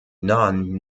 non